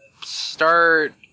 start